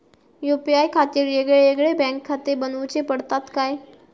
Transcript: UPI खातीर येगयेगळे बँकखाते बनऊची पडतात काय?